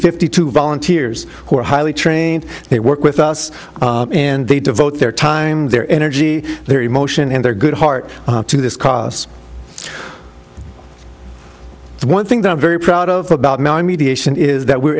fifty two volunteers who are highly trained they work with us and they devote their time their energy their emotion and their good heart to this cause it's one thing that i'm very proud of about my mediation is that we're